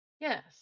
Yes